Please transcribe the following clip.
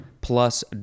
plus